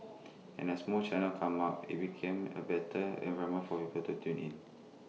and as more channels come up IT becomes A better environment for people tune in